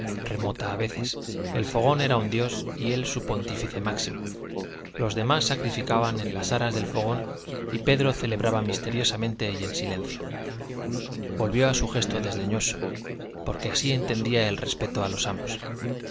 remota a veces el fogón era un dios y él su pontífice máximo los demás sacrificaban en las aras del fogón y pedro celebraba misteriosamente y en silencio volvió a su gesto desdeñoso porque así entendía el respeto a los amos